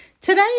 Today